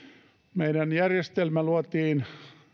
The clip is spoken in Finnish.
meidän järjestelmämme luotiin